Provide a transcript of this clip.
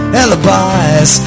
alibis